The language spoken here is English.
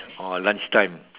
ah lunch time